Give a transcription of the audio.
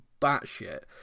batshit